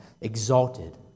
exalted